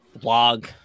blog